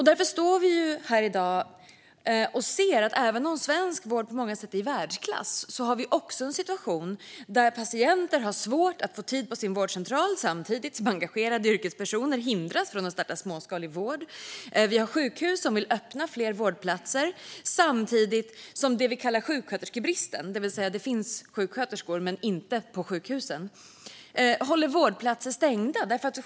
Därför står vi här i dag och ser att även om svensk vård på många sätt är i världsklass har vi också en situation där patienter har svårt att få tid på sina vårdcentraler samtidigt som engagerade yrkespersoner hindras från att starta småskalig vård. Vi har sjukhus som vill öppna fler vårdplatser samtidigt som det vi kallar sjuksköterskebristen, det vill säga att det finns sjuksköterskor men inte på sjukhusen, håller vårdplatser stängda.